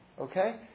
Okay